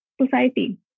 society